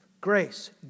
Grace